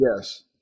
Yes